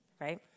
right